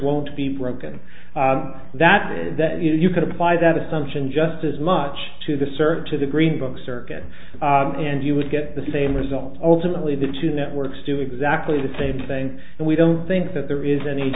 won't be broken that you could apply that assumption just as much to the server to the green book circuit and you would get the same result ultimately the two networks do exactly the same thing and we don't think that there is any